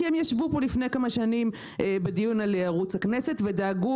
כי הם ישבו פה לפני כמה שנים בדיון על ערוץ הכנסת ודאגו